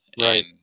Right